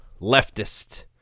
leftist